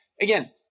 again